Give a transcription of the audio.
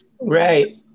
Right